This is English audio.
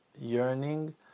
yearning